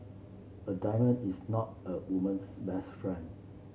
a diamond is not a woman's best friend